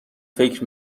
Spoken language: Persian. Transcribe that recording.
فکر